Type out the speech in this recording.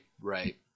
right